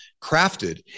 crafted